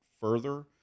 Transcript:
further